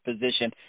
position